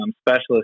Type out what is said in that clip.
specialist